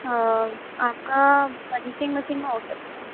آپ کا punching machine میں ہو سکتا ہے